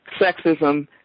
sexism